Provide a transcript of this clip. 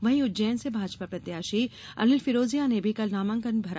वहीं उज्जैन से भाजपा प्रत्याशी अनिल फिरोजिया ने भी कल नामांकन भरा